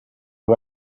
who